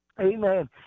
Amen